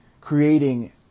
creating